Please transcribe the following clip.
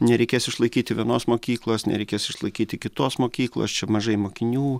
nereikės išlaikyti vienos mokyklos nereikės išlaikyti kitos mokyklos čia mažai mokinių